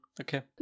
Okay